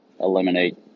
eliminate